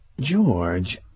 George